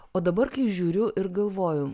o dabar kai žiūriu ir galvoju